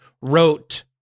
wrote